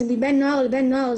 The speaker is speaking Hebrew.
זה מבן נוער לבן נוער,